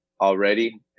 already